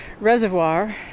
reservoir